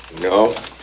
No